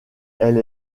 elle